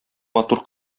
матур